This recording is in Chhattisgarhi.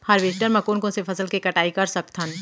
हारवेस्टर म कोन कोन से फसल के कटाई कर सकथन?